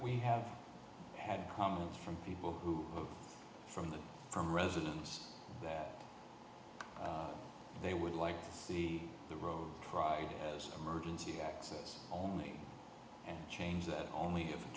we have had coming from people who from the from residents that they would like to see the road tried as an emergency access only and change that only if